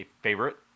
favorite